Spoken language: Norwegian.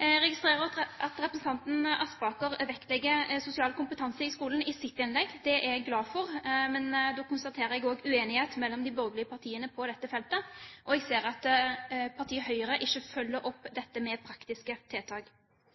Jeg registrerer at representanten Aspaker vektlegger sosial kompetanse i skolen i sitt innlegg. Det er jeg glad for, men da konstaterer jeg også uenighet mellom de borgerlige partiene på dette feltet. Jeg ser at partiet Høyre ikke følger opp dette med praktiske tiltak.